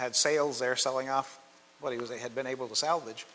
had sales there selling off what he was they had been able to salvage